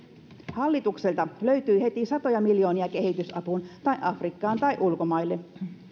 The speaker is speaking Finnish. hallitukselta löytyi heti satoja miljoonia kehitysapuun tai afrikkaan tai ulkomaille